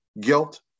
guilt